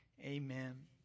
amen